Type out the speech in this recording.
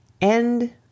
End